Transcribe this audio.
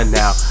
now